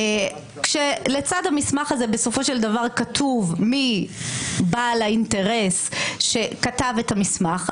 כשלצד המסמך הזה בסופו של דבר כתוב מי בעל האינטרס שכתב את המסמך,